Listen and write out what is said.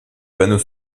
panneaux